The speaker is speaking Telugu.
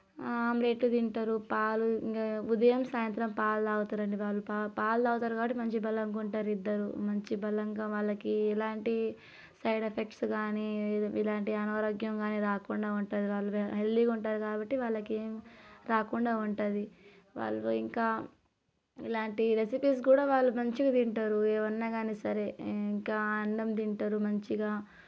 ఆమ్లెట్ తింటారు పాలు ఇంకా ఉదయం సాయంత్రం పాలు తాగుతారండి వాళ్ళు పా పాలు తాగుతారు కాబట్టి మంచి బలంగా ఉంటారు ఇద్దరు మంచి బలంగా వాళ్ళకి ఎలాంటి సైడ్ ఎఫెక్ట్స్ కాని ఎలాంటి అనారోగ్యం కానీ రాకుండా వాళ్ళుహెల్తీగా ఉంటారు కాబట్టి వాళ్ళకి ఏం రాకుండా ఉంటుంది వాళ్ళు ఇంకా ఎలాంటి రెసిపీస్ కూడా వాళ్ళు మంచిగా తింటారు ఏమున్నా కాని సరే ఇంకా అన్నం తింటారు మంచిగా